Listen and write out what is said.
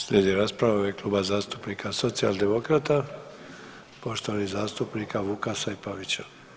Slijedi rasprava u ime Kluba zastupnika Socijaldemokrata poštovanih zastupnika Vukasa i Pavića.